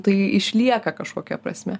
tai išlieka kažkokia prasme